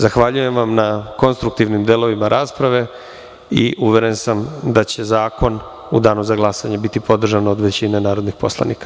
Zahvaljujem vam na konstruktivnim delovima rasprave i uveren sam da će zakon u danu za glasanje biti podržan od većine narodnih poslanika.